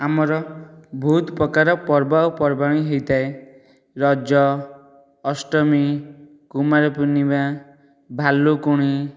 ଆମର ବହୁତପ୍ରକାର ପର୍ବ ଆଉ ପର୍ବାଣି ହେଇଥାଏ ରଜ ଅଷ୍ଟମୀ କୁମାରପୂର୍ଣ୍ଣିମା ଭାଲୁକୁଣି